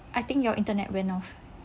I think your internet went off